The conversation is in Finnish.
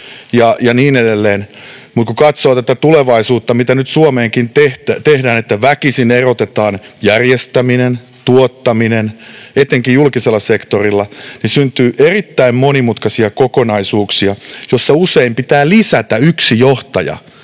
kun katsoo tätä tulevaisuutta, mitä nyt Suomeenkin tehdään, että väkisin erotetaan järjestäminen ja tuottaminen, etenkin julkisella sektorilla, niin syntyy erittäin monimutkaisia kokonaisuuksia, joissa usein pitää lisätä yksi johtaja